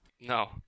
No